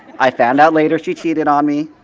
i found out later she cheated on me.